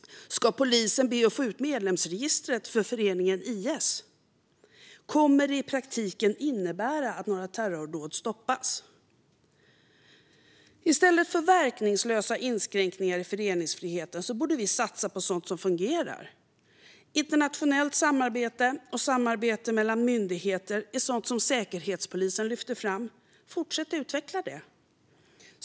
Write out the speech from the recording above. Ska polisen be att få ut medlemsregistret för föreningen IS? Kommer det i praktiken innebära att några terrordåd stoppas? I stället för verkningslösa inskränkningar i föreningsfriheten borde vi satsa på sådant som fungerar. Internationellt samarbete och samarbete mellan myndigheter är sådant som Säkerhetspolisen lyfter fram. Fortsätt att utveckla det!